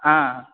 हा